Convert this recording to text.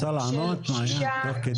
את רוצה לענות מעיין, תוך כדי?